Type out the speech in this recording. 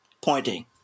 pointing